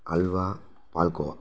halwa palkova